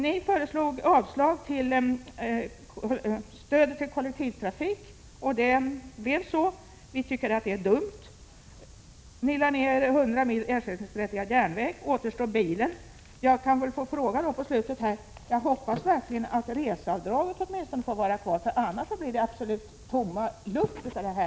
Ni förordade avslag beträffande stödet till kollektivtrafiken, och det blev så. Vi tycker att det är dumt. Ni lade ner 100 mil ersättningsberättigad järnväg — återstår bilen. Jag måste då säga: Jag hoppas verkligen att reseavdraget får vara kvar åtminstone, annars blir regionalpolitiken bara tomma luften.